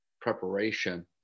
preparation